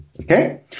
Okay